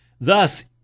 Thus